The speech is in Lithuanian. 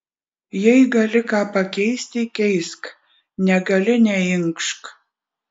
jei gali ką pakeisti keisk negali neinkšk